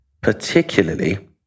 particularly